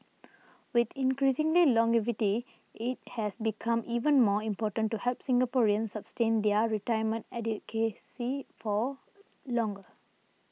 with increasing longevity it has become even more important to help Singaporeans sustain their retirement adequacy for longer